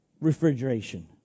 refrigeration